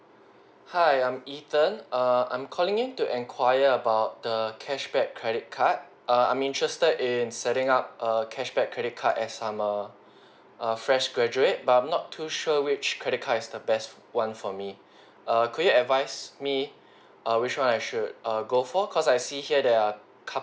hi I'm ethan err I'm calling in to enquire about the cashback credit card err I'm interested in setting up a cashback credit card as I'm a a fresh graduate but I'm not too sure which credit card is the best one for me err could you advise me err which one I should err go for cause I see here there are cou~